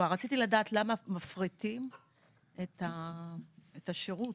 רציתי לדעת למה מפריטים את השירות,